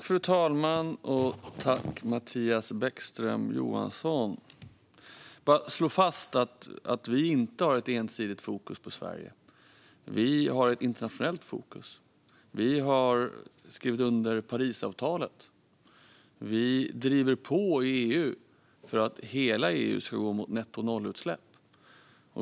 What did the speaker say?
Fru talman! Låt mig slå fast, Mattias Bäckström Johansson, att regeringen inte har ett ensidigt fokus på Sverige. Vi har ett internationellt fokus. Vi har skrivit under Parisavtalet, och vi driver på i EU för att hela EU ska gå mot nettonollutsläpp.